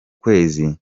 kwezi